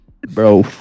bro